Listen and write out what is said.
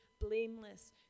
blameless